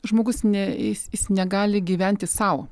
žmogus ne jis jis negali gyventi sau